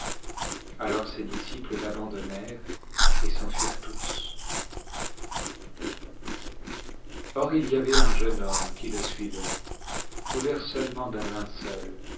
alors ses disciples l'abandonnèrent et s'enfuirent tous or il y avait un jeune homme qui le suivait couvert seulement d'un linceul